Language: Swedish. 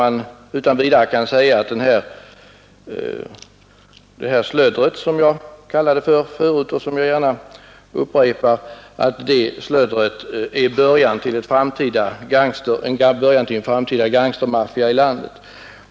Man kan utan vidare säga att detta slödder — jag kallade det så tidigare och tvekar inte att upprepa det — är början till en framtida gangstermaffia i landet.